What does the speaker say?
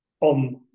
on